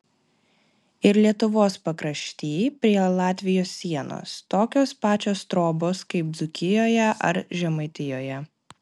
ir lietuvos pakrašty prie latvijos sienos tokios pačios trobos kaip dzūkijoje ar žemaitijoje